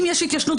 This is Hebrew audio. אם יש התיישנות,